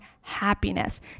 happiness